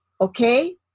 okay